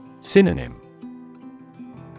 Synonym